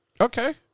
Okay